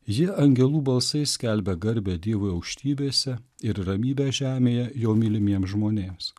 ji angelų balsais skelbia garbę dievui aukštybėse ir ramybę žemėje jo mylimiem žmonėms